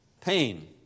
pain